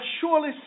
surely